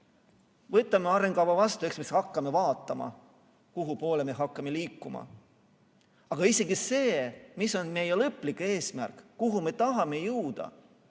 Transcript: "võtame arengukava vastu ja eks me siis hakkame vaatama, kuhupoole me hakkame liikuma". Aga isegi seda, mis on meie lõplik eesmärk, kuhu me tahame jõuda,